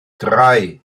drei